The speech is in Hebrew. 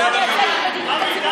שלא נייצג את מדיניות הציבור שבחר בנו?